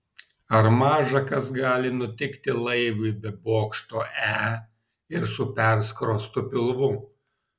ar maža kas gali nutikti laivui be bokšto e ir su perskrostu pilvu